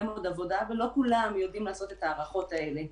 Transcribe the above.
מאוד עבודה ולא כולם יודעים לעשות את ההערכות האלה.